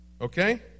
okay